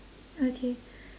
okay